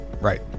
Right